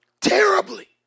terribly